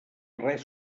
res